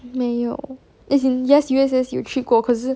没有 as in yes U_S_S 有去过可是